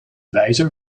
wijzer